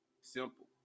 simple